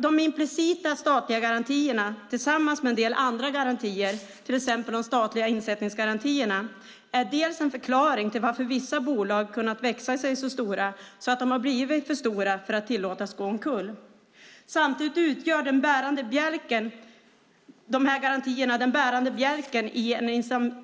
De implicita statliga garantierna tillsammans med en del andra garantier, till exempel de statliga insättningsgarantierna, är en förklaring till att vissa bolag kunnat växa sig så stora att de blivit för stora för att tillåtas gå omkull. Samtidigt utgör de här garantierna den bärande bjälken i en